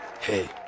Hey